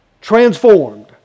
Transformed